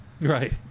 Right